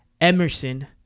Emerson